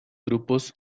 grupos